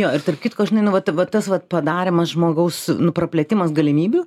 jo ir tarp kitko žinai nu vat vat tas vat padarymas žmogaus nu praplėtimas galimybių